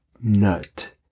nut